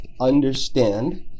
understand